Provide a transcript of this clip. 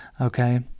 okay